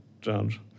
judge